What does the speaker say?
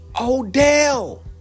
Odell